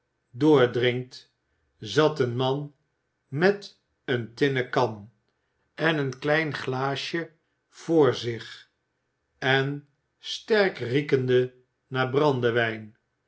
doordringt zat een man met eene tinnen kan en een klein glaasje voor zich en sterk riekende naar